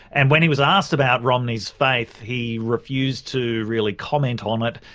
and when he was asked about romney's faith he refused to really comment on it.